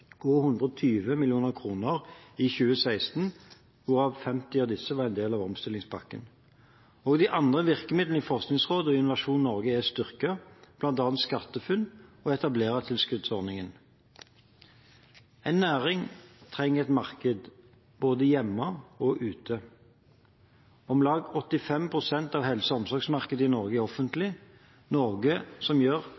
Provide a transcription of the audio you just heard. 120 mill. kr i 2016, hvorav 50 mill. kr av disse var en del av omstillingspakken. Også andre virkemidler i Forskningsrådet og Innovasjon Norge er styrket, bl.a. SkatteFUNN og etablerertilskuddsordningen. En næring trenger et marked, både hjemme og ute. Om lag 85 pst. av helse- og omsorgsmarkedet i Norge er